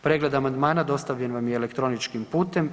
Pregled amandmana dostavljen vam je elektroničkim putem.